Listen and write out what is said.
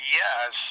yes